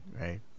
right